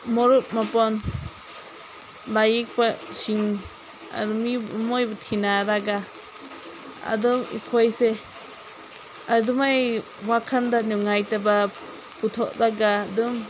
ꯃꯔꯨꯞ ꯃꯄꯥꯡ ꯂꯥꯏ ꯌꯦꯛꯄꯁꯤꯡ ꯃꯣꯏꯕꯨ ꯊꯤꯅꯔꯒ ꯑꯗꯨꯝ ꯑꯩꯈꯣꯏꯁꯦ ꯑꯗꯨꯃꯥꯏꯅ ꯋꯥꯈꯜꯗ ꯅꯨꯡꯉꯥꯏꯇꯕ ꯄꯨꯊꯣꯛꯂꯒ ꯑꯗꯨꯝ